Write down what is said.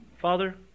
Father